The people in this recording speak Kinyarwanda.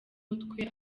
mutwe